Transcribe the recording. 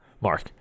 Mark